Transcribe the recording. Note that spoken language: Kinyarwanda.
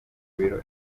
biro